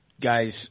guys